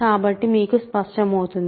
కాబట్టి మీకు స్పష్టమవుతుంది